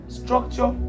structure